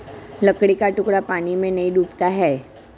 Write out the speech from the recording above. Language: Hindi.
लकड़ी का टुकड़ा पानी में नहीं डूबता है